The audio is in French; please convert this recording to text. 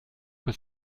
que